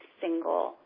single